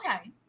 Okay